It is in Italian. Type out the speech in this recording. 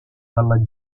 dalla